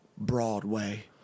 Broadway